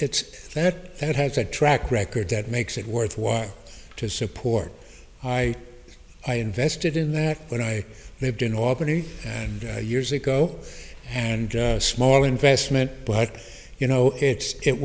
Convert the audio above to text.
it's that that has a track record that makes it worthwhile to support i i invested in that when i lived in albany and years ago and a small investment but you know it's it